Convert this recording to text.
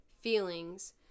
feelings